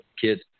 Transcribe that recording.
kids